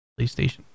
playstation